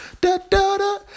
Da-da-da